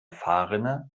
fahrrinne